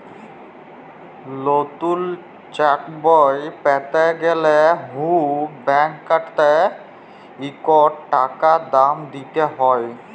লতুল চ্যাকবই প্যাতে গ্যালে হুঁ ব্যাংকটতে ইকট টাকা দাম দিতে হ্যয়